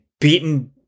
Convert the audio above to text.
beaten